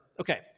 Okay